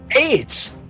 Eight